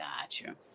Gotcha